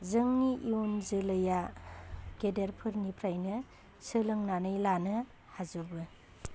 जोंनि इउन जोलैया गेदेर फोरनिफ्राइनो सोलोंनानै लानो हाजोबो